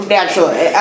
Naturally